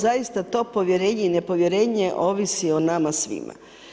Zaista to povjerenje i nepovjerenje ovisi o nama svima.